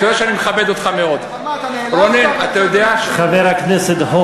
ואומר: חברי הכנסת,